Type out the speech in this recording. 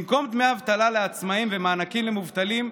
במקום דמי אבטלה לעצמאים ומענקים למובטלים,